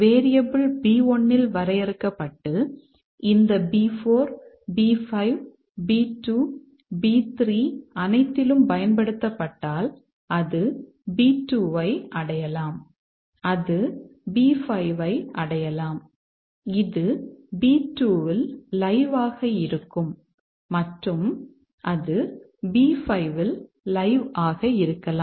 variable B1 இல் வரையறுக்கப்பட்டு இந்த B4 B5 B2 B3 அனைத்திலும் பயன்படுத்தப்பட்டால் அது B2 ஐ அடையலாம் அது B5 ஐ அடையலாம் இது B2 இல் லைவ் ஆக இருக்கும் மற்றும் அது B5 இல் லைவ் ஆக இருக்கலாம்